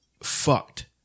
fucked